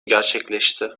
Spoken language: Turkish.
gerçekleşti